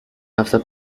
after